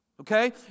Okay